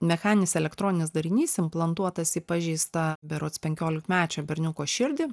mechaninis elektroninis darinys implantuotas į pažeistą berods penkiolikmečio berniuko širdį